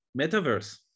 Metaverse